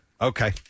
okay